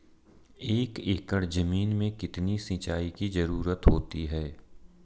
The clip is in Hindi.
एक एकड़ ज़मीन में कितनी सिंचाई की ज़रुरत होती है?